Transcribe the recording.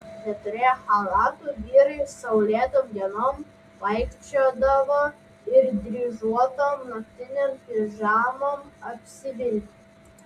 neturėję chalatų vyrai saulėtom dienom vaikščiodavo ir dryžuotom naktinėm pižamom apsivilkę